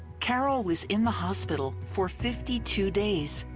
carol was in the hospital for fifty two days.